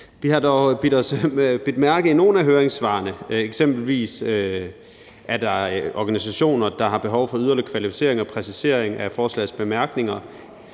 Vi har dog bidt mærke i nogle af høringssvarene, eksempelvis er der organisationer, der har behov for yderligere kvalificering og præcisering af forslagets bemærkninger,